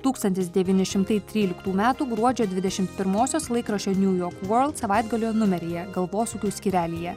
tūkstantis devyni šimtai tryliktų metų gruodžio dvidešimt pirmosios laikraščio niu jork vorld savaitgalio numeryje galvosūkių skyrelyje